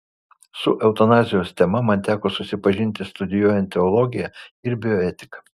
su eutanazijos tema man teko susipažinti studijuojant teologiją ir bioetiką